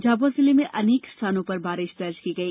झाबुआ जिले में अनेक स्थानों पर बारिश दर्ज की गई